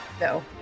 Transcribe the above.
no